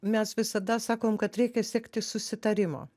mes visada sakom kad reikia siekti susitarimo